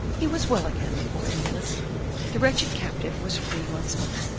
he was well again, the poor invalid the wretched captive was free once more.